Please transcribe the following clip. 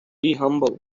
humble